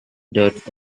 dirt